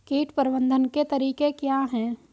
कीट प्रबंधन के तरीके क्या हैं?